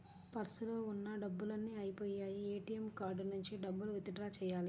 పర్సులో ఉన్న డబ్బులన్నీ అయ్యిపొయ్యాయి, ఏటీఎం కార్డు నుంచి డబ్బులు విత్ డ్రా చెయ్యాలి